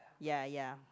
ya ya